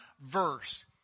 verse